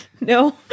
No